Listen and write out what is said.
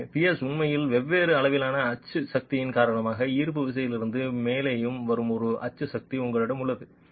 எனவே பியர்ஸ் உண்மையில் வெவ்வேறு அளவிலான அச்சு சக்தியின் காரணமாக ஈர்ப்பு விசையிலிருந்து மேலேயும் வரும் ஒரு அச்சு சக்தி உங்களிடம் உள்ளது